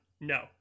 no